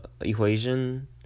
equation